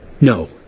No